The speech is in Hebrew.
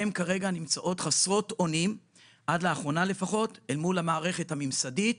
נמצאות חסרות אונים אל מול המערכת הממסדית.